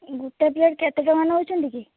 ଗୋଟେ ପ୍ଲେଟ୍ କେତେ ଟଙ୍କା ନେଉଛନ୍ତି କି